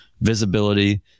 visibility